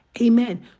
amen